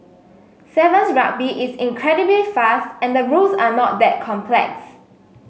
Sevens Rugby is incredibly fast and the rules are not that complex